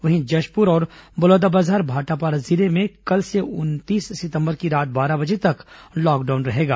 वहीं जशपुर और बलौदाबाजार भाटापारा जिले में कल से उननीस सितंबर की रात बारह बजे तक लॉकडाउन रहेगा